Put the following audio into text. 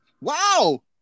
wow